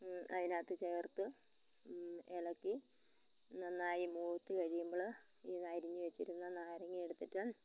അതിനകത്ത് ചേർത്ത് ഇളക്കി നന്നായി മൂത്ത് കഴിയുമ്പോള് ഇതരിഞ്ഞ് വെച്ചിരുന്ന നാരങ്ങയെടുത്തിട്ട്